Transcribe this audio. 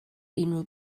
unrhyw